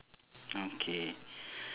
okay